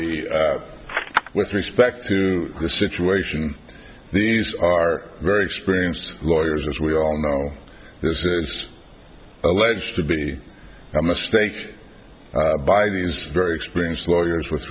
manage with respect to the situation these are very experienced lawyers as we all know there's alleged to be a mistake by these very experienced lawyers with